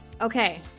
okay